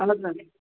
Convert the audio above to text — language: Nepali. हजर